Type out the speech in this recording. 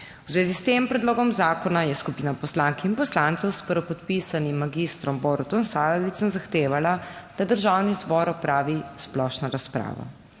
V zvezi s tem predlogom zakona je skupina poslank in poslancev, s prvopodpisanim magistrom Borutom Sajovicem zahtevala, da Državni zbor opravi splošno razpravo.